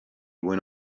when